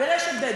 ברשת ב',